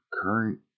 current